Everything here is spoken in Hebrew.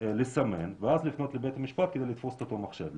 לסמן ואז לפנות לבית משפט כדי לתפוס את אותו מחשב,